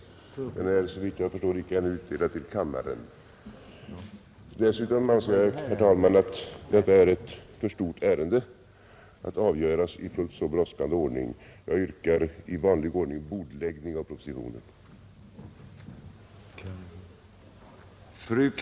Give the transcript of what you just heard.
Den är såvitt jag förstår ännu icke utdelad i kammaren, Dessutom anser jag, herr talman, att detta är ett för stort ärende att avgöras i fullt så brådskande ordning. Jag yrkar bordläggning i vanlig ordning av propositionen.